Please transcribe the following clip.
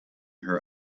her